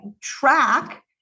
track